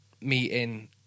meeting